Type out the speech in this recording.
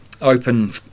open